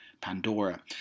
Pandora